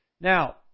Now